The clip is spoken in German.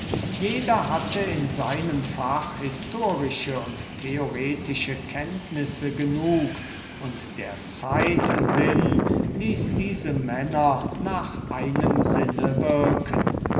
jeder hatte in seinem fach historische und theoretische kenntnisse genug und der zeitsinn ließ diese männer nach einem sinne wirken